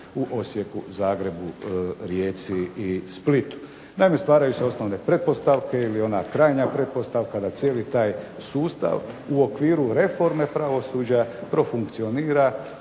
u Osijeku, Zagrebu, Rijeci i Splitu. Naime stvaraju se osnovne pretpostavke, ili ona krajnja pretpostavka da cijeli taj sustav u okviru reforme pravosuđa profunkcionira